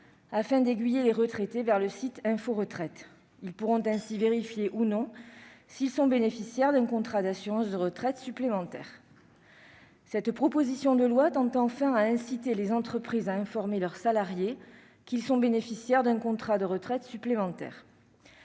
afin d'aiguiller les retraités vers le site Info Retraite ; ceux-ci pourront ainsi vérifier s'ils sont ou non bénéficiaires d'un contrat d'assurance retraite supplémentaire. Enfin, elle tend à inciter les entreprises à informer leurs salariés qu'ils sont bénéficiaires d'un contrat d'épargne retraite supplémentaire.